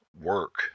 work